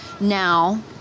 Now